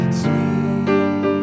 sweet